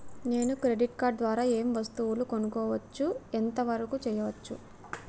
నేను credit card ద్వారా ఏం వస్తువులు కొనుక్కోవచ్చు ఎంత వరకు చేయవచ్చు?